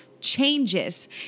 changes